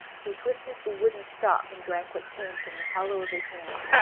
he twisted the wooden stop and drank what came, from the hollow of his hand.